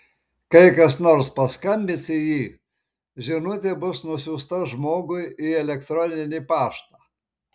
kai kas nors paskambins į jį žinutė bus nusiųsta žmogui į elektroninį paštą